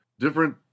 Different